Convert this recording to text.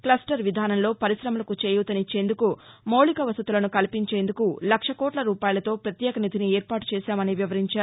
cluster విధానంలో పరిశమలకు చేయూతనిచ్చేందుకు మౌలిక వసతులను కల్పించేందుకు లక్ష కోట్ల రూపాయలతో ప్రత్యేక నిధిని ఏర్పాటు చేశామని వివరించారు